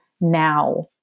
now